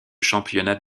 championnat